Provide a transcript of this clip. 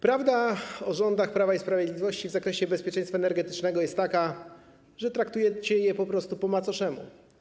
Prawda o rządach Prawa i Sprawiedliwości w zakresie bezpieczeństwa energetycznego jest taka, że traktujecie je po prostu po macoszemu.